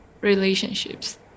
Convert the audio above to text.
relationships